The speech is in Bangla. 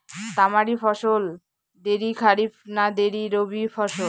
তামারি ফসল দেরী খরিফ না দেরী রবি ফসল?